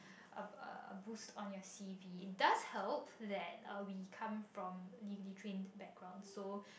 um uh a boost on your C_V it does help that uh we come from legally trained background so